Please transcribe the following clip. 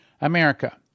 America